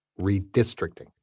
redistricting